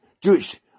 Jewish